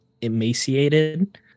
Emaciated